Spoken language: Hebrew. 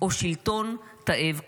או שלטון תאב כוח.